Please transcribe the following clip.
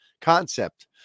concept